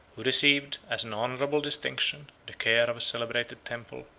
who received, as an honorable distinction, the care of a celebrated temple,